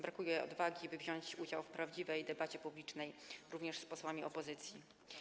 Brakuje odwagi, by wziąć udział w prawdziwej debacie publicznej, również z posłami opozycji.